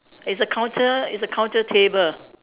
it's a counter it's a counter table